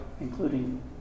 including